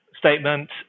statement